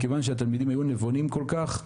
מכיוון שהתלמידים היו נבונים כל כך,